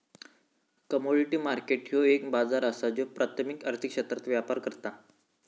commodity market ह्यो एक बाजार असा ज्यो प्राथमिक आर्थिक क्षेत्रात व्यापार करता